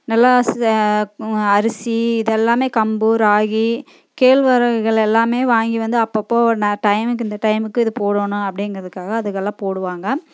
நல்லா அரிசி இதெல்லாமே கம்பு ராகி கேழ்வரகுகள் எல்லாமே வாங்கி வந்து அப்பப்போ நான் டைமுக்கு இந்த டைமுக்கு இத போடணும் அப்படிங்கிறதுக்காக அதுகளெலாம் போடுவாங்க